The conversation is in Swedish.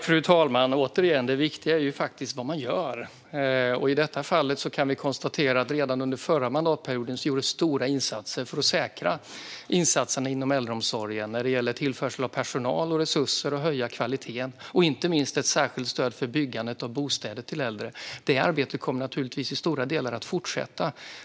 Fru talman! Återigen: Det viktiga är faktiskt vad man gör. I detta fall kan vi konstatera att det redan under den förra mandatperioden gjordes stora insatser för att säkra insatserna inom äldreomsorgen när det gäller tillförsel av personal och resurser, när det gäller att höja kvaliteten och inte minst när det gäller ett särskilt stöd för byggandet av bostäder till äldre. Det arbetet kommer naturligtvis till stor del att fortsätta.